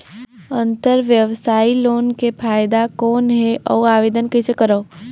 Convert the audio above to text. अंतरव्यवसायी लोन के फाइदा कौन हे? अउ आवेदन कइसे करव?